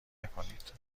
نکنید